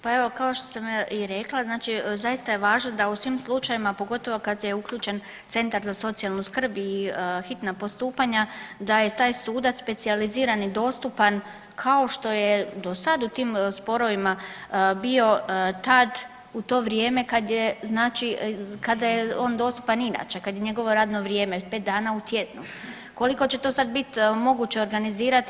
Pa evo, kao što sam i rekla, znači zaista je važno da u svim slučajevima pogotovo kad je uključen centar za socijalnu skrb i hitna postupanja da je taj sudac specijalizirani dostupan kao što je dosad u tim sporovima bio tad u to vrijeme kad je znači, kada je on dostupan inače, kad je njegovo radno vrijeme, 5 dana u tjednu, koliko će to sad bit moguće organizirati.